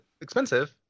expensive